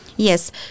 Yes